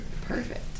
Perfect